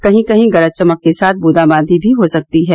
कहीं कहीं गरज चमक के साथ बूंदाबादी भी हो सकती है